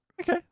Okay